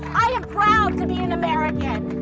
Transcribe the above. i am proud to be an american!